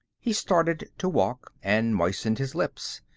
he started to walk, and moistened his lips.